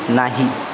नाही